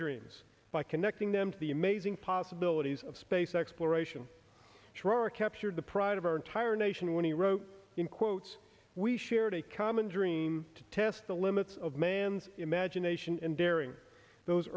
dreams by connecting them to the amazing possibilities of space exploration for captured the pride of our entire nation when he wrote in quotes we shared a common dream to test the limits of man's imagination and during those